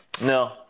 No